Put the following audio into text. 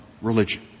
religion